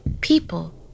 people